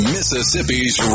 Mississippi's